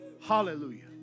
Hallelujah